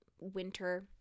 winter